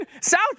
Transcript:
South